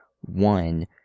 One